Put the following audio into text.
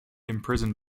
imprisoned